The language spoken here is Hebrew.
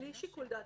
בלי שיקול דעת.